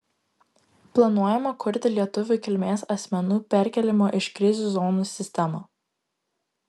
planuojama kurti lietuvių kilmės asmenų perkėlimo iš krizių zonų sistemą